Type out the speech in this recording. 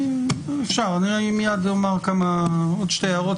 אם אפשר, אני אומר עוד שתי הערות.